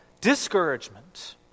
discouragement